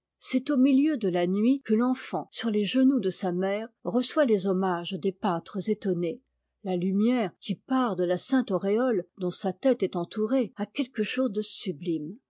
c'est au milieu de la nuit que l'enfant sur les genoux de sa mère reçoit les hommages des pâtres étonnés la lumière qui part de la sainte auréole dont sa tête est entourée a quelque chose de sublime